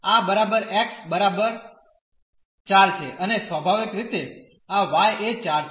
તેથી આ બરાબર x બરાબર 4 છે અને સ્વાભાવિક રીતે આ y એ 4 છે